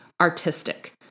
artistic